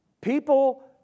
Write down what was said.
People